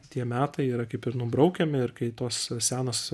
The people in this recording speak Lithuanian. tie metai yra kaip ir nubraukiami ir kai tos senos